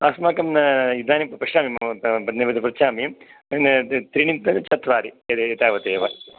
अस्माकं इदानीं पश्यामि मम पत्नी कृते पृच्छामि त्रीणि चत्वारि एतावत् एव